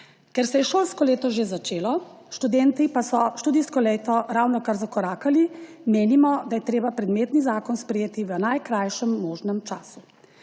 Ker se je šolsko leto že začelo, študenti pa so v študijsko leto ravnokar zakorakali, menimo, da je treba predmetni zakon sprejeti v najkrajšem možnem času.